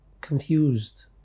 confused